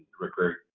recruit